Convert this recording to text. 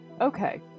okay